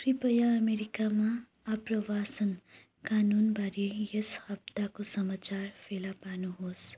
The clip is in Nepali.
कृपया अमेरिकामा आप्रवासन कानुनबारे यस हप्ताको समाचार फेला पार्नुहोस्